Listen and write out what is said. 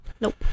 Nope